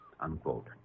unquote